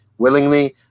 willingly